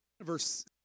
Verse